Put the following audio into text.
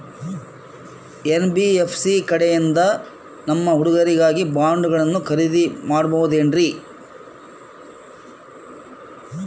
NBFC ಕಡೆಯಿಂದ ನಮ್ಮ ಹುಡುಗರಿಗಾಗಿ ಬಾಂಡುಗಳನ್ನ ಖರೇದಿ ಮಾಡಬಹುದೇನ್ರಿ?